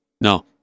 No